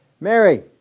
Mary